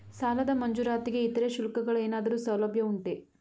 ಸಾಲದ ಮಂಜೂರಾತಿಗೆ ಇತರೆ ಶುಲ್ಕಗಳ ಏನಾದರೂ ಸೌಲಭ್ಯ ಉಂಟೆ?